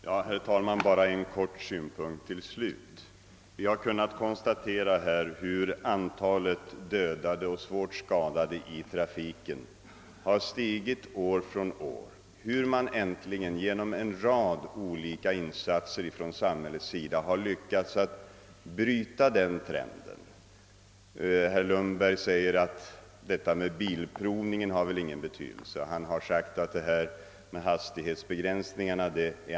Herr talman! Till slut bara ytterligare en synpunkt i all korthet. Vi har år efter år kunnat konstatera hur antalet dödade och svårt skadade i trafiken ökat, men hur man nu äntligen genom en rad olika insatser från samhällets sida har lyckats bryta den trenden. Herr Lundberg säger att detta med bilprovningen inte har någon betydelse och att han är tveksam när det gäller jartbegränsningarna.